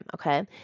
okay